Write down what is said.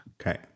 Okay